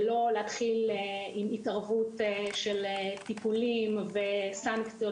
ולא להתחיל עם התערבות של טיפולים וסנקציות,